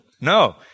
No